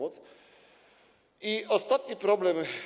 Ostatni problem.